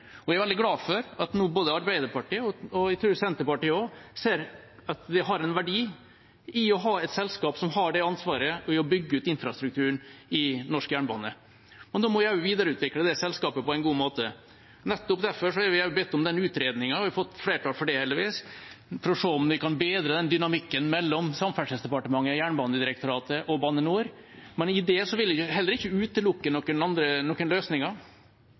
Jeg er glad for at både Arbeiderpartiet, og jeg tror også Senterpartiet, ser at det har en verdi å ha et selskap som har det ansvaret å bygge ut infrastrukturen i norsk jernbane. Da må vi også videreutvikle det selskapet på en god måte. Nettopp derfor har vi bedt om den utredningen – og vi har fått flertall for det, heldigvis – for å se om vi kan bedre den dynamikken mellom Samferdselsdepartementet, Jernbanedirektoratet og Bane NOR. I det vil jeg heller ikke utelukke noen løsninger. Vi kan ikke starte en sånn prosess med å utelukke noen løsninger.